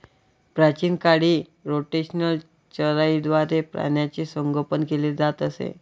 प्राचीन काळी रोटेशनल चराईद्वारे प्राण्यांचे संगोपन केले जात असे